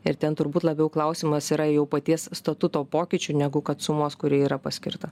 ir ten turbūt labiau klausimas yra jau paties statuto pokyčių negu kad sumos kuri yra paskirta